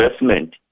investment